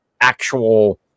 actual